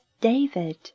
David